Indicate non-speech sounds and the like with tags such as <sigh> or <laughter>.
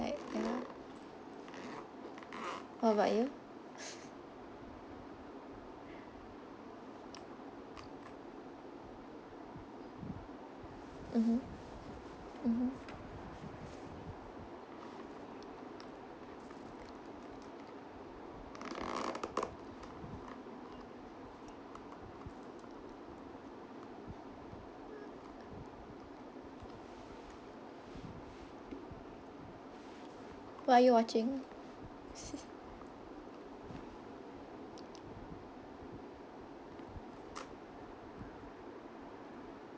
like uh what about you mmhmm mmhmm what are you watching <laughs>